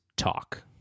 Talk